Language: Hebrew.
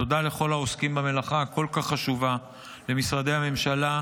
תודה לכל העוסקים במלאכה הכל-כך חשובה: למשרדי הממשלה,